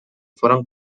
foren